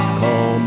call